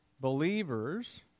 believers